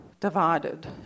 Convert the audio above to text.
divided